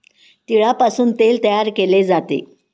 तिळापासून तेल तयार केले जाते